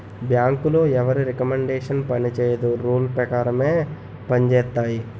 బ్యాంకులో ఎవరి రికమండేషన్ పనిచేయదు రూల్ పేకారం పంజేత్తాయి